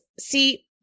see